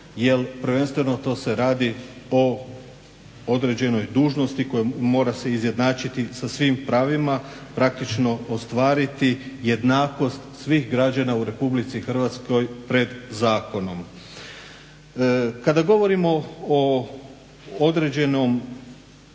prvenstveno se radi o određenoj dužnosti koja se mora izjednačiti sa svim pravima, praktično ostvariti jednakost svih građana u RH pred zakonom. Kada govorimo o određenom dostojanstvu